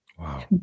Wow